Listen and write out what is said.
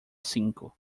cinco